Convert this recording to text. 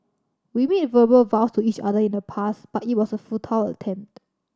we made verbal vows to each other in the past but it was a futile attempt